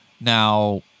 Now